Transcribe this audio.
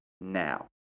now